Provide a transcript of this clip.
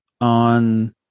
on